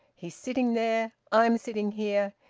he's sitting there. i'm sitting here.